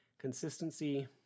consistency